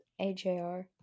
AJR